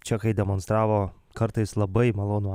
čekai demonstravo kartais labai malonų